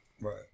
Right